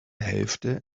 hälfte